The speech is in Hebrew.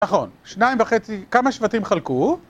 נכון, שניים וחצי, כמה שבטים חלקו?